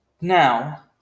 now